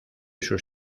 sus